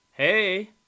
Hey